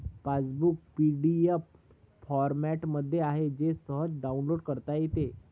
passbook PDF फॉरमॅटमध्ये आहे जे सहज डाउनलोड करता येते